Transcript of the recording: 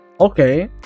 okay